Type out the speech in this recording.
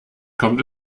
kommt